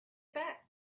back